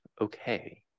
okay